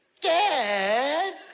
Dad